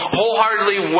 wholeheartedly